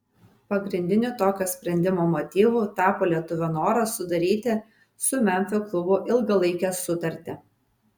pagrindiniu tokio sprendimo motyvu tapo lietuvio noras sudaryti su memfio klubu ilgalaikę sutartį